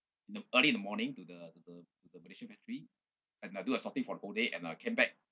in the early in the morning to the to the Malaysia factory and uh do the sorting for the whole day and I came back